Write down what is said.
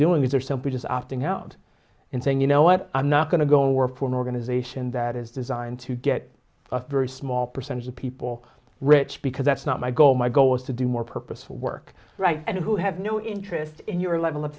doing is they're simply just opting out and saying you know what i'm not going to go work for an organization that is designed to get a very small percentage of people rich because that's not my goal my goal is to do more purposeful work and who have no interest in your level of